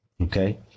okay